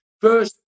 First